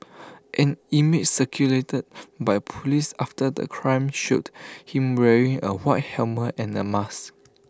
an image circulated by Police after the crime showed him wearing A white helmet and A mask